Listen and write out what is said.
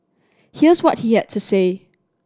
here's what he had to say